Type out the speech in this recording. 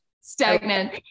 stagnant